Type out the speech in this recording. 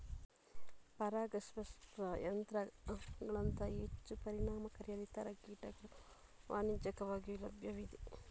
ಪರಾಗಸ್ಪರ್ಶ ಯಂತ್ರಗಳಂತಹ ಹೆಚ್ಚು ಪರಿಣಾಮಕಾರಿಯಾದ ಇತರ ಕೀಟಗಳು ವಾಣಿಜ್ಯಿಕವಾಗಿ ಲಭ್ಯವಿವೆ